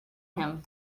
him